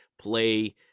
play